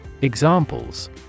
Examples